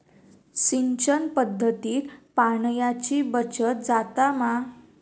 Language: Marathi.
सिंचन पध्दतीत पाणयाची बचत जाता मा?